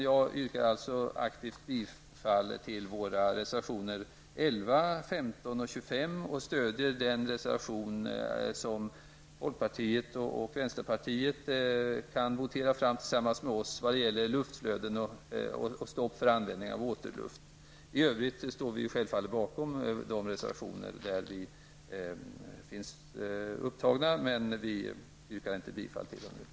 Jag yrkar aktivit bifall till våra reservationer 11, 15 och 25 samt stödjer den reservation som folkpartiet och vänsterpartiet kan votera fram tillsammans med oss och som gäller luftflöden och stopp för användning av återluft. I övrigt står vi självfallet bakom de reservationer som vi har undertecknat, men vi yrkar inte bifall till dem.